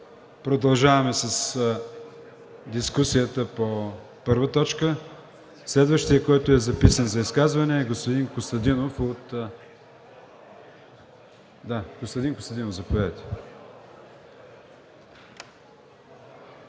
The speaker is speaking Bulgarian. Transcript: Продължаваме с дискусията по първа точка. Следващият, който е записан за изказване, е господин Костадин Костадинов – заповядайте.